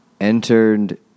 entered